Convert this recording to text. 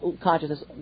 consciousness